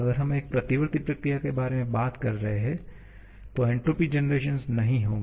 अगर हम एक प्रतिवर्ती प्रक्रिया के बारे में बात कर रहे हैं तो एन्ट्रापी जनरेशन नहीं होगी